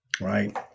right